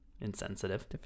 insensitive